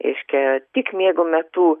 reiškia tik miego metu